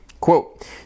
Quote